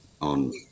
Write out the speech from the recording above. on